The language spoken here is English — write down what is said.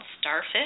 Starfish